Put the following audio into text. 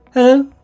Hello